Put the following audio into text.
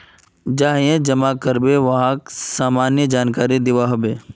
जाहें जमा कारबे वाक सामान्य जानकारी दिबा हबे